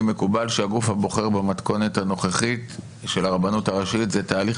מקובל שהגוף הבוחר במתכונת הנוכחית של הרבנות הראשית זה התהליך